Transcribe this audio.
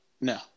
No